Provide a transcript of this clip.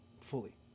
fully